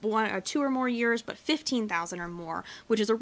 bore our two or more years but fifteen thousand or more which is a